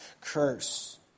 curse